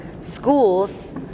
schools